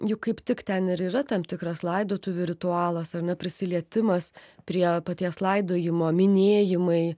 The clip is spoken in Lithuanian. juk kaip tik ten ir yra tam tikras laidotuvių ritualas ar ne prisilietimas prie paties laidojimo minėjimai